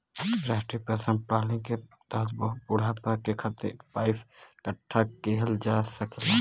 राष्ट्रीय पेंशन प्रणाली के तहत बुढ़ापे के खातिर पइसा इकठ्ठा किहल जा सकला